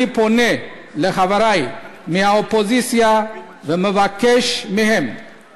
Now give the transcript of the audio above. אני פונה אל חברי מהאופוזיציה ומבקש מהם